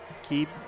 keep